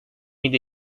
yedi